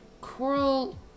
Coral